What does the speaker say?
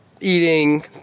eating